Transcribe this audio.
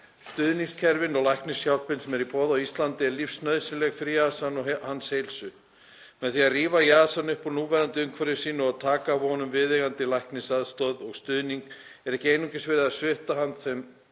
Stuðningskerfin og læknishjálpin sem er í boði á Íslandi er lífsnauðsynleg fyrir Yazan og hans heilsu. Með því að rífa Yazan upp úr núverandi umhverfi sínu og taka af honum viðeigandi læknisaðstoð og stuðning er ekki einungis verið að svipta hann